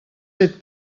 fet